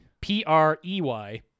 P-R-E-Y